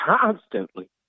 constantly